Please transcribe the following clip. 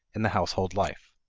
in the household life.